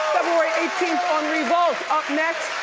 february eighteenth on revolt. up next,